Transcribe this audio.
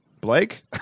Blake